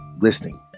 listening